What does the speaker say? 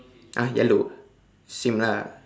!huh! yellow same lah